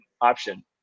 option